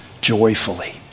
joyfully